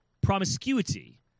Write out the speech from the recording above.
promiscuity